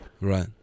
Right